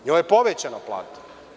Njoj je povećana plata.